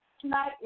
Tonight